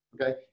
okay